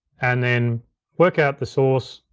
and then work out the source,